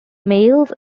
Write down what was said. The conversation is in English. males